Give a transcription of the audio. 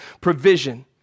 provision